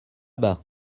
bas